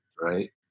Right